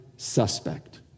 Suspect